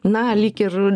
na lyg ir